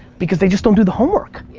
because they just don't do the homework.